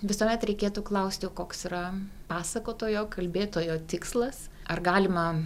visuomet reikėtų klausti koks yra pasakotojo kalbėtojo tikslas ar galima